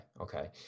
Okay